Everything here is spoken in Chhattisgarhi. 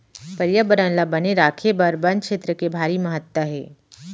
परयाबरन ल बने राखे बर बन छेत्र के भारी महत्ता हे